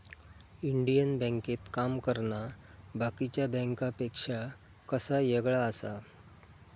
Indian बँकेत काम करना बाकीच्या बँकांपेक्षा कसा येगळा आसा?